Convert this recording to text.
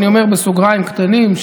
אני אומר בסוגריים קטנים,